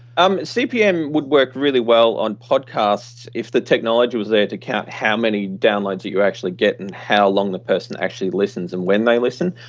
um cpm would work really well on podcasts if the technology was there to count how many downloads that you actually get and how long the person actually listens and when they listen.